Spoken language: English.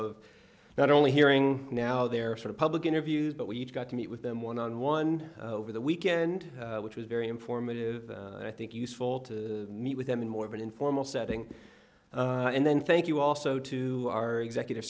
of not only hearing now their sort of public interviews but we each got to meet with them one on one over the weekend which was very informative and i think useful to meet with them in more of an informal setting and then thank you also to our executive